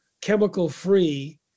chemical-free